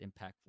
impactful